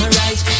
right